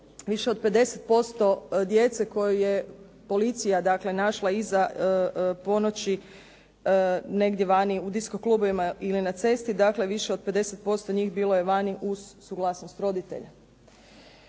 više od 50% djece koju je policija dakle našla iza ponoći negdje vani u disco klubovima ili na cesti, dakle više od 50% njih bilo je vani uz suglasnost roditelja.